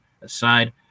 aside